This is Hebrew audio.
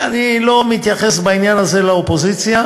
אני לא מתייחס בעניין הזה לאופוזיציה,